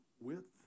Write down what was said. width